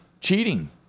cheating